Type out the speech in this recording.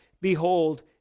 Behold